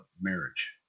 marriage